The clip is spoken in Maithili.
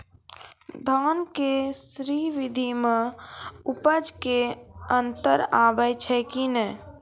धान के स्री विधि मे उपज मे अन्तर आबै छै कि नैय?